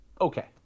okay